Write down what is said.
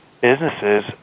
businesses